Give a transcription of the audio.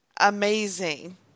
amazing